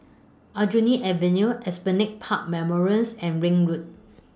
Aljunied Avenue Esplanade Park Memorials and Ring Road